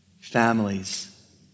Families